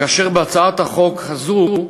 ובהצעת החוק הזו,